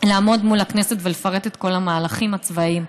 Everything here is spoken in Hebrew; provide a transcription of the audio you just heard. לעמוד מול הכנסת ולפרט את כל המהלכים הצבאיים.